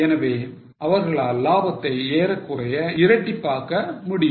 எனவே அவர்களால் லாபத்தை ஏறக்குறைய இரட்டிப்பாக்க முடியும்